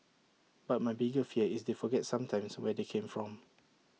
but my bigger fear is they forget sometimes where they come from